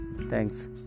thanks